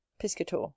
Piscator